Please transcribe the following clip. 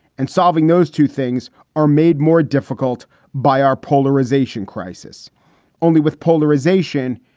and solving those two things are made more difficult by our polarization crisis only with polarization.